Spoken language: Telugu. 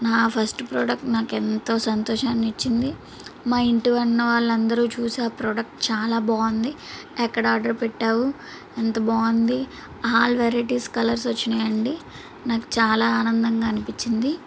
నా ఫస్ట్ ప్రోడక్ట్ నాకు ఎంతో సంతోషాన్ని ఇచ్చింది మా ఇంటి అన్న వాళ్ళందరూ చూసి ఆ ప్రొడక్ట్ చాలా బాగుంది ఎక్కడ ఆర్డర్ పెట్టావు ఎంత బాగుంది ఆల్ వెరైటీస్ కలర్స్ వచ్చినాయండి నాకు చాలా ఆనందంగా అనిపించింది